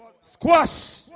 squash